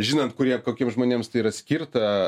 žinant kurie kokiem žmonėms tai yra skirta